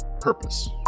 purpose